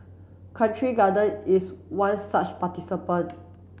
Country Garden is one such participant